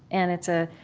and it's a